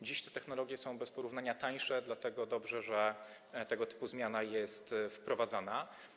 Dziś te technologie są bez porównania tańsze, dlatego dobrze, że tego typu zmiana jest wprowadzana.